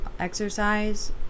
exercise